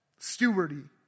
stewardy